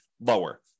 lower